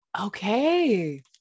okay